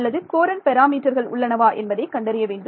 அல்லது கோரன்ட் பாராமீட்டர்கள் உள்ளனவா என்பதை கண்டறிய வேண்டும்